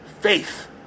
Faith